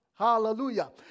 Hallelujah